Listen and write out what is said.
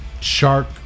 shark